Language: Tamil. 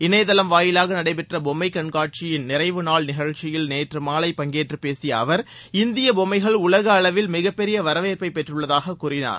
இணையதளம் வாயிலாக நடைபெற்ற பொம்மை கண்காட்சியின் நிறைவு நாள் நிகழ்ச்சியில் நேற்று மாலை பங்கேற்று பேசிய அவர் இந்திய பொம்மைகள் உலக அளவில் மிகப்பெரிய வரவேற்பை பெற்றுள்ளதாக கூறினார்